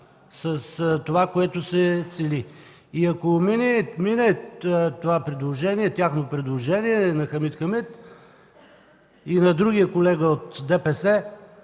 с това, което се цели. Ако мине това тяхно предложение – на Хамид Хамид и на другия колега от ДПС,